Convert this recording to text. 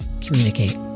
Communicate